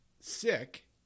sick